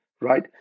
right